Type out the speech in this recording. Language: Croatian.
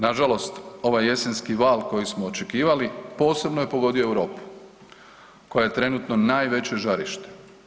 Nažalost, ovaj jesenski val koji smo očekivali posebno je pogodio Europu koja je trenutno najveće žarište.